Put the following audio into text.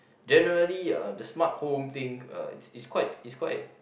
generally uh the smart home think uh it's quite it's quite